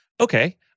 Okay